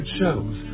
shows